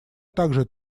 требуют